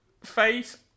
Face